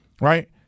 Right